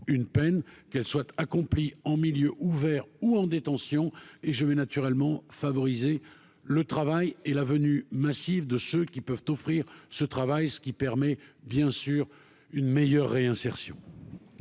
une peine qu'elle soient accomplis en milieu ouvert ou en détention et je vais naturellement favoriser le travail et la venue massive de ce qui peuvent t'offrir ce travail, ce qui permet bien sûr une meilleure réinsertion.